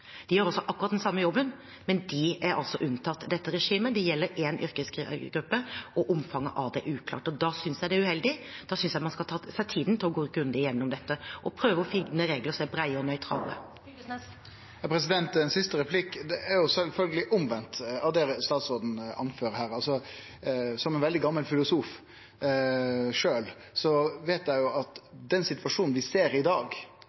De gjør også akkurat den samme jobben, men de er altså unntatt dette regimet. Det gjelder én yrkesgruppe, og omfanget av det er uklart. Da synes jeg det er uheldig. Da synes jeg man skal ta seg tida til å gå grundig gjennom dette og prøve å finne regler som er brede og nøytrale. Ein siste replikk: Det er sjølvsagt omvendt av det statsråden seier her. Som ein veldig gamal filosof sjølv veit eg at den situasjonen vi ser i dag,